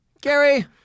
Gary